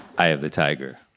eye of the tiger.